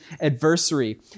adversary